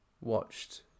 watched